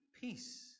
peace